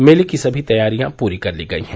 मेले की समी तैयारियां पूरी कर ली गयी है